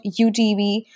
UTV